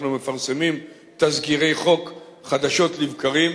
אנחנו מפרסמים תזכירי חוק חדשות לבקרים,